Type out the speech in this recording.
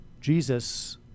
Jesus